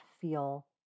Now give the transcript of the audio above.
feel